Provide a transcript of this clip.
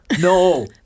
No